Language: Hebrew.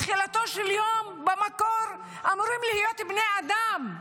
בתחילתו של יום במקור אנחנו אמורים להיות בני אדם.